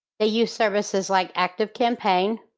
they use services like active campaign,